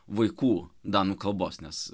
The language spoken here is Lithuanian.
vaikų danų kalbos nes